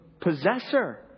possessor